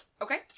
Okay